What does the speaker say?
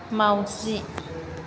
माउजि